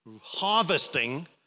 harvesting